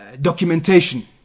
documentation